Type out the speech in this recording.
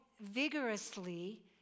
vigorously